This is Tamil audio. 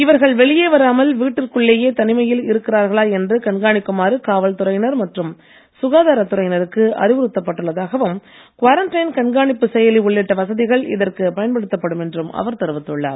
இவர்கள் வெளியே வராமல் வீட்டிற்குள்ளேயே தனிமையில் இருக்கிறார்களா என்று கண்காணிக்குமாறு காவல் துறையினர் மற்றும் சுகாதாரத் துறையினருக்கு அறிவுறுத்தப் பட்டுள்ளதாகவும் குவாரண்டைன் கண்காணிப்பு செயலி உள்ளிட்ட வசதிகள் இதற்கு பயன்படுத்தப்படும் என்றும் அவர் தெரிவித்துள்ளார்